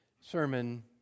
sermon